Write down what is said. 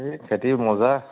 এই খেতি মজা